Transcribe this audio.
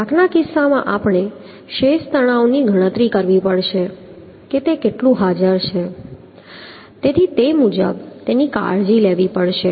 થાકના કિસ્સામાં આપણે શેષ તણાવની ગણતરી કરવી પડશે કે તે કેટલું હાજર છે તેથી તે મુજબ તેની કાળજી લેવી પડશે